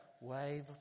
Wave